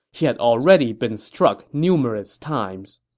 he had already been struck numerous times.